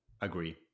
Agree